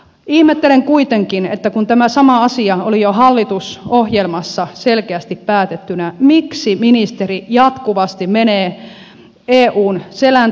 ihmettelen kuitenkin että kun tämä sama asia oli jo hallitusohjelmassa selkeästi päätettynä miksi ministeri jatkuvasti menee eun selän taakse